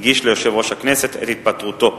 הוא הגיש ליושב-ראש הכנסת את התפטרותו.